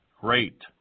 great